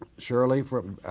shirley from,